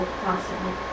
constantly